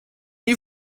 you